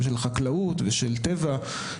של חקלאות ושל טבע,